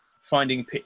finding